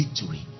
victory